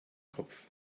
kopf